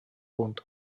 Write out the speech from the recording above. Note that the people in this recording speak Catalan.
punt